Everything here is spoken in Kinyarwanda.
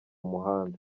muhanda